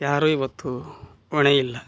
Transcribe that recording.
ಯಾರೂ ಇವತ್ತು ಹೊಣೆಯಲ್ಲ